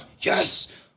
yes